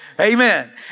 Amen